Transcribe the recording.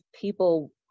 people